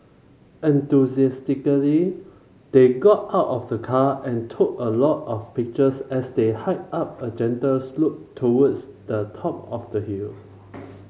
enthusiastically they got out of the car and took a lot of pictures as they hiked up a gentle slope towards the top of the hill